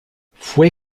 fue